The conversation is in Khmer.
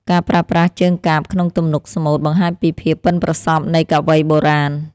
ការប្រើប្រាស់ជើងកាព្យក្នុងទំនុកស្មូត បង្ហាញពីភាពប៉ិនប្រសប់នៃកវីបុរាណ។